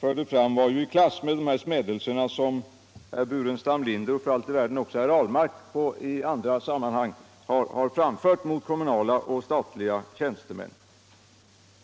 förde fram var ju i klass med de smädelser som herr Burenstam Linder och för allt i världen också herr Ahlmark i andra sammanhang har framfört mot kommunala och statliga tjänstemän.